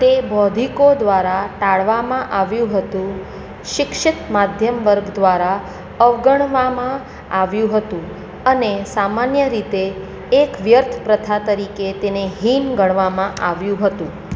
તે બૌદ્ધિકો દ્વારા ટાળવામાં આવ્યું હતું શિક્ષિત મધ્યમ વર્ગ દ્વારા અવગણવામાં આવ્યુ હતું અને સામાન્ય રીતે એક વ્યર્થ પ્રથા તરીકે તેને હીન ગણવામાં આવ્યું હતું